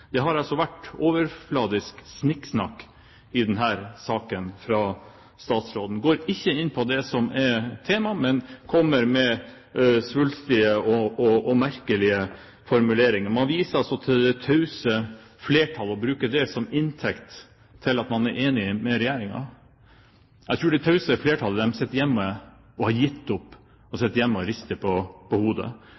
Det har i denne saken vært overfladisk snikksnakk fra statsråden. Han går ikke inn på det som er temaet, men kommer med svulstige og merkelige formuleringer. Man viser til det tause flertallet og tar det til inntekt for at man er enig med regjeringen. Jeg tror det tause flertallet sitter hjemme og har gitt opp, sitter hjemme og